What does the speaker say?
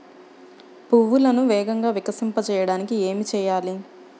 పువ్వులను వేగంగా వికసింపచేయటానికి ఏమి చేయాలి?